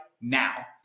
now